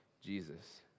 Jesus